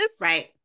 Right